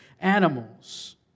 animals